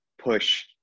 push